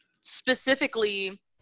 specifically